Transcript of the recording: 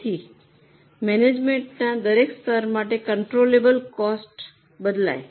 તેથી મેનેજમેન્ટના દરેક સ્તર માટે કન્ટ્રોલબલ કોસ્ટમાં બદલાય